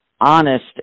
honest